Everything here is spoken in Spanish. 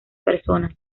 personas